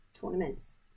tournaments